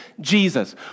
Jesus